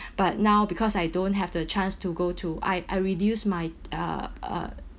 but now because I don't have the chance to go to I I reduce my uh uh